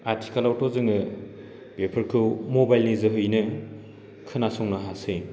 आथिखालावथ' जोङो बेफोरखौ मबाइलनि जोहैनो खोनासंनो हानोसै